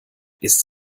ist